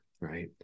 right